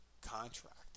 contract